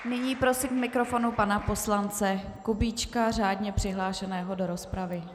Nyní prosím k mikrofonu pana poslance Kubíčka, řádně přihlášeného do rozpravy.